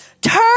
turn